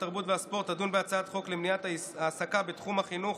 התרבות והספורט תדון בהצעת חוק למניעת העסקה בתחום החינוך